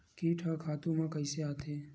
कीट ह खातु म कइसे आथे?